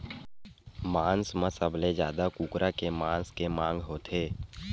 मांस म सबले जादा कुकरा के मांस के मांग होथे